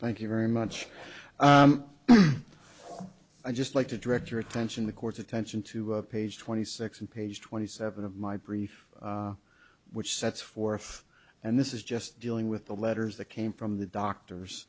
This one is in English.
thank you very much i just like to direct your attention the court's attention to page twenty six and page twenty seven of my brief which sets forth and this is just dealing with the letters that came from the